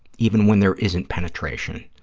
even when there isn't penetration.